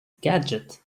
gadget